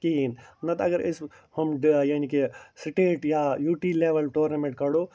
کہیٖنۍ نَہ تہٕ اگر أسۍ ہوٚم ڈَ یعنی کہِ سِٹیٹ یا یوٗ ٹی لیٚول ٹورنامیٚنٛٹ کَڑو